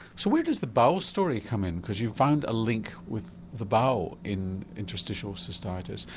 so where does the bowel story come in because you've found a link with the bowel in interstitial cystitis.